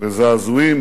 וזעזועים